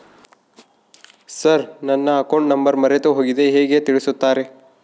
Sir ನನ್ನ account number ಮರೆತುಹೋಗಿದೆ ಹೇಗೆ ತಿಳಿಸುತ್ತಾರೆ?